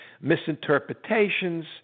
misinterpretations